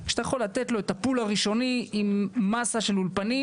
כשאתה יכול לתת לו את הפול הראשוני עם מסה של אולפנים.